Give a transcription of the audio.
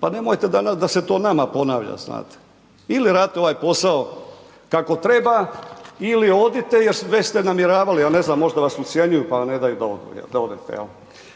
pa nemojte danas da se to nama ponavlja, znate. Ili radite ovaj posao kako treba ili odite jer već ste namjeravali, ja ne znam možda vas ucjenjuju, pa ne daju da odete,